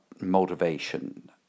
motivation